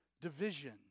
division